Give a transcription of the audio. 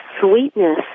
sweetness